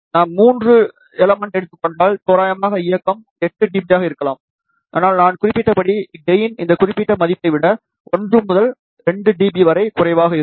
நாம் மூன்று எலமென்ட் எடுத்துக் கொண்டால் தோராயமான இயக்கம் 8 dB ஆக இருக்கலாம் ஆனால் நான் குறிப்பிட்டபடி கெயின் இந்த குறிப்பிட்ட மதிப்பை விட 1 முதல் 2 dB வரை குறைவாக இருக்கும்